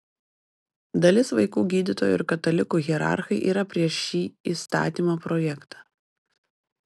dalis vaikų gydytojų ir katalikų hierarchai yra prieš šį įstatymo projektą